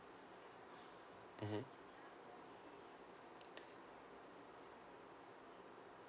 mmhmm